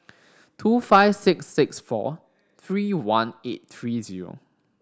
two five six six four three one eight three zero